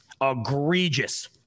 egregious